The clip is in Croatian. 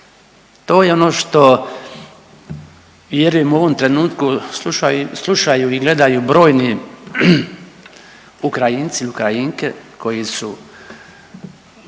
To je ono što vjerujem u ovom trenutku slušaju i gledaju brojni Ukrajinci i Ukrajinke koji su